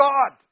God